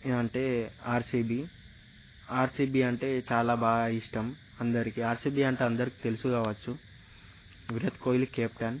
అంటే RCB RCB అంటే చాలా బాగా ఇష్టం అందరికీ ఆర్సిబి అంటే అందరికి తెలుసు కావచ్చు విరాట్ కోహ్లీ కెప్టెన్